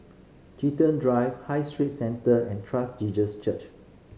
Chiltern Drive High Street Centre and Jesus Church